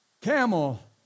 Camel